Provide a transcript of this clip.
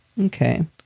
Okay